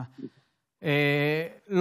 זו לא